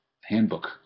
handbook